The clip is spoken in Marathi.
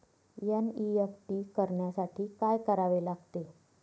एन.ई.एफ.टी करण्यासाठी काय करावे लागते?